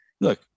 look